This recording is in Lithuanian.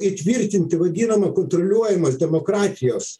įtvirtinti vadinamą kontroliuojamą demokratijos